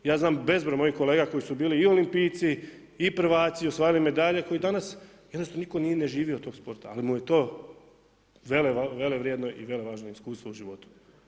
Ja znam bezbroj mojih kolega koji su bili i olimpijci, i prvaci i osvajali medalje koji danas jednostavno nitko ni ne živi od tog sporta ali mu je to vele vrijedno i vele važno iskustvo u životu.